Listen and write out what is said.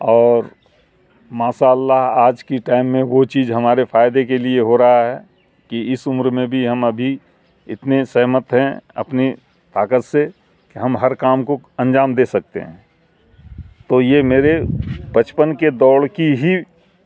اور ماشاء اللہ آج کی ٹائم میں وہ چیز ہمارے فائدے کے لیے ہو رہا ہے کہ اس عمر میں بھی ہم ابھی اتنے سہمت ہیں اپنی طاقت سے کہ ہم ہر کام کو انجام دے سکتے ہیں تو یہ میرے بچپن کے دوڑ کی ہی